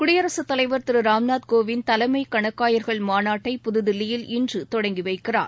குடியரசுத் தலைவா் திரு ராம்நாத் கோவிந்த் தலைமை கணக்காயர்கள் மாநாட்டை புதுதில்லியில் இன்று தொடங்கி வைக்கிறார்